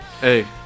Hey